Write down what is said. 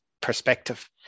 perspective